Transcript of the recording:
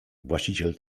właściciel